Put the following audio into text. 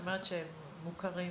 זאת אומרת שהם מוכרים.